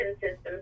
system